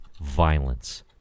violence